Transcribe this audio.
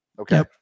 Okay